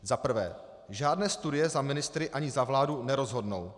Za prvé, žádné studie za ministry ani za vládu nerozhodnou.